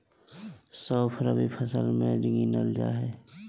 सौंफ रबी फसल मे गिनल जा हय